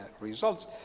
results